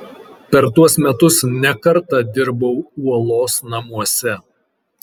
per tuos metus ne kartą dirbau uolos namuose